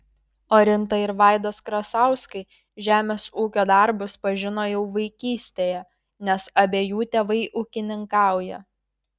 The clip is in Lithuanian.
orinta ir vaidas krasauskai žemės ūkio darbus pažino jau vaikystėje nes abiejų tėvai ūkininkauja